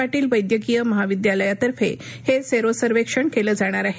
पाटील वैद्यकीय महाविद्यालयातर्फे हे सेरो सर्वेक्षण केलं जाणार आहे